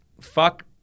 fuck